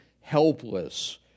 helpless